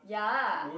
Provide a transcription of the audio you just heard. ya